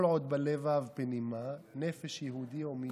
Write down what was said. "כל עוד בלבב פנימה נפש יהודי הומייה,